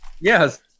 yes